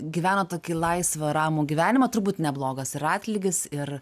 gyvenot tokį laisvą ramų gyvenimą turbūt neblogas ir atlygis ir